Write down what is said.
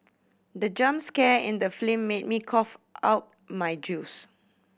the jump scare in the film made me cough out my juice